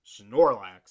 Snorlax